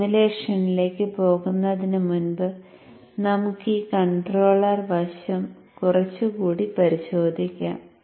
സിമുലേഷനിലേക്ക് പോകുന്നതിന് മുമ്പ് നമുക്ക് ഈ കൺട്രോളർ വശം കുറച്ചുകൂടി പരിശോധിക്കാം